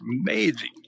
amazing